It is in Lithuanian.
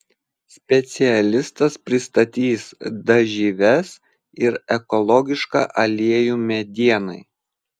specialistas pristatys dažyves ir ekologišką aliejų medienai